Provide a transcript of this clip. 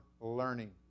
learning